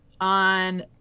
on